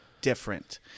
different